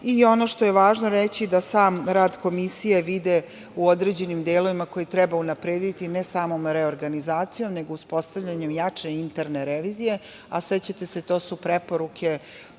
Akcioni plan. Važno reći da sam rad Komisije vide u određenim delovima koje treba unaprediti, ne samom reorganizacijom, nego uspostavljanjem jače interne revizije, a sećate se da su to preporuke